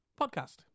podcast